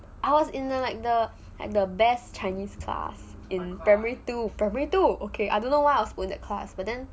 I was in the like the like the best chinese class in primary two primary two okay I dunno why was I in that class but then